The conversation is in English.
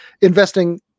investing